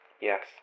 Yes